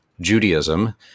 Judaism